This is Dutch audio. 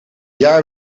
jaar